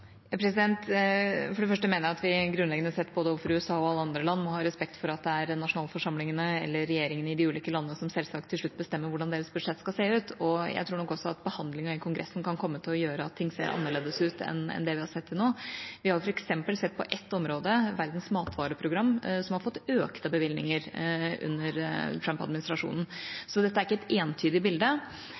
For det første mener jeg at vi grunnleggende sett overfor både USA og alle andre land må ha respekt for at det er nasjonalforsamlingene eller regjeringene i de ulike landene som selvsagt til slutt bestemmer hvordan deres budsjett skal se ut. Jeg tror nok også at behandlingen i Kongressen kan komme til å gjøre at ting vil se annerledes ut enn det vi har sett til nå. Vi har f.eks. sett at ett område, Verdens matvareprogram, har fått økte bevilgninger under Trump-administrasjonen. Så dette er ikke et entydig bilde.